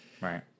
Right